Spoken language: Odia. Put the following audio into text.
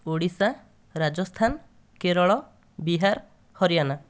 ଓଡ଼ିଶା ରାଜସ୍ଥାନ କେରଳ ବିହାର ହରିୟାଣା